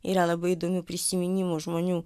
yra labai įdomių prisiminimų žmonių